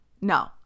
No